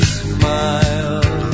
smile